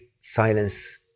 silence